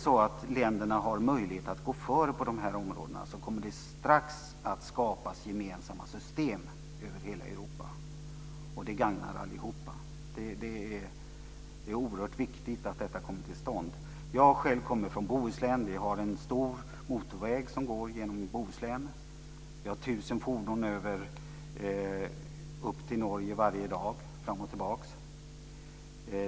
Har länderna möjlighet att gå före på de här områdena kommer det strax att skapas gemensamma system över hela Europa. Det gagnar allihop. Det är oerhört viktigt att detta kommer till stånd. Jag kommer själv från Bohuslän. Vi har en stor motorväg som går genom Bohuslän. Vi har tusen fordon som går upp till Norge varje dag, fram och tillbaka.